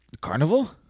Carnival